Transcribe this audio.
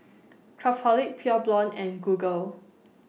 Craftholic Pure Blonde and Google